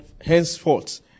henceforth